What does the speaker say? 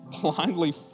blindly